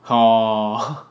hor